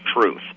truth